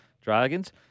Dragons